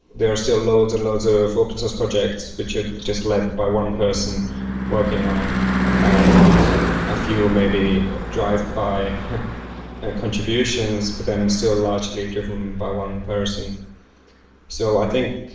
there are still loads and loads of open source projects which is just led by one person working on it and a few maybe drive by and contributions, but then still largely driven by one person so, i think